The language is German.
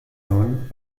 nun